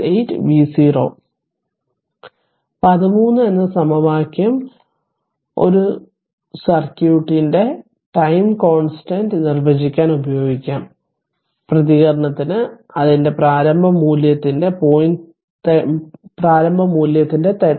368 v0 13 എന്ന സമവാക്യം ഒരു സർക്യൂട്ടിന്റെ ടൈം കോൺസ്റ്റന്റ് നിർവചിക്കാൻ ഉപയോഗിക്കാം പ്രതികരണത്തിന് അതിന്റെ പ്രാരംഭ മൂല്യത്തിന്റെ 36